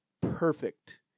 perfect